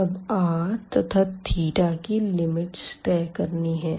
अब r तथा की लिमिट्स तय करनी है